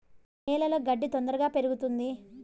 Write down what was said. ఏ నేలలో గడ్డి తొందరగా పెరుగుతుంది